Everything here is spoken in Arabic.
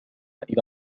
إلى